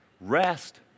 rest